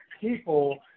people